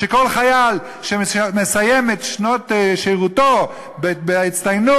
שכל חייל שמסיים את שנות שירותו בהצטיינות